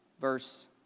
Verse